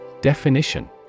Definition